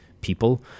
people